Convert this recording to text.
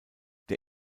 der